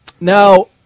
Now